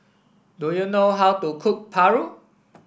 do you know how to cook Paru